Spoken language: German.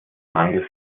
mangels